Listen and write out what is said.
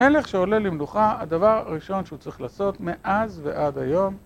הלך שעולה למנוחה, הדבר הראשון שהוא צריך לעשות מאז ועד היום